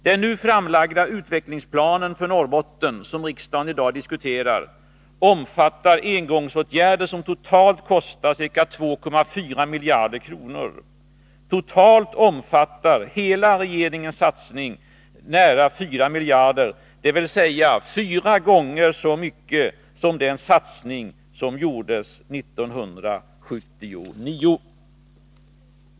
Den nu framlagda utvecklingsplanen för Norrbotten, som riksdagen i dag diskuterar, omfattar engångsåtgärder som totalt kostar ca 2,4 miljarder kronor. Totalt omfattar hela regeringssatsningen nästan 4 miljarder, dvs. fyra gånger så mycket som den satsning som gjordes 1979.